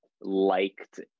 liked